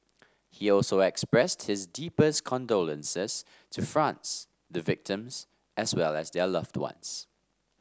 he also expressed his deepest condolences to France the victims as well as their loved ones